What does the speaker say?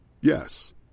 Yes